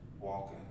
walking